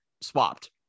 swapped